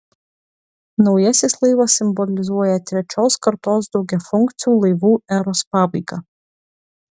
naujasis laivas simbolizuoja trečios kartos daugiafunkcių laivų eros pabaigą